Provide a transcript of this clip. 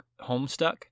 Homestuck